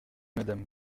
madame